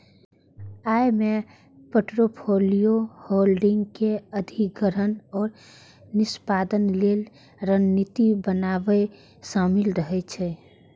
अय मे portfolio holding के अधिग्रहण आ निष्पादन लेल रणनीति बनाएब शामिल रहे छै